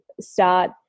start